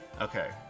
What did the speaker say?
Okay